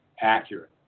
accurate